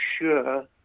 sure